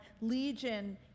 legion